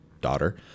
daughter